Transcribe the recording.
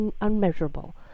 unmeasurable